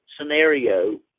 scenario